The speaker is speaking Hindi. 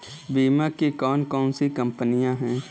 बीमा की कौन कौन सी कंपनियाँ हैं?